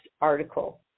article